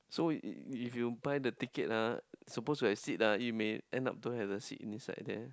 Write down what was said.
so if if if you buy the ticket ah supposed to have seat ah you may end up don't have the seat inside there